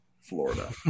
Florida